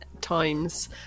times